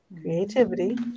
creativity